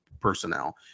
personnel